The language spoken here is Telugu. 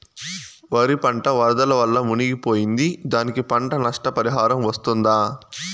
వరి పంట వరదల వల్ల మునిగి పోయింది, దానికి పంట నష్ట పరిహారం వస్తుందా?